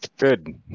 Good